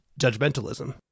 judgmentalism